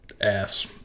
Ass